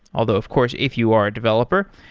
although of course if you are a developer,